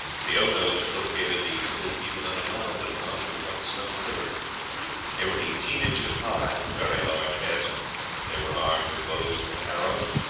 the otoes located the little people in a mound at the mouth of whitestone river they were eighteen inches high, with very large heads they were armed with bows and arrows,